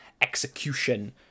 execution